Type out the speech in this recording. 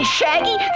Shaggy